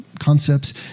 concepts